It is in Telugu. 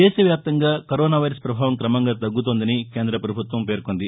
దేశ వ్యాప్తంగా కరోనా వైరస్ పభావం క్రమంగా తగ్గుతోందని కేంద్ర పభుత్వం పేర్కొంది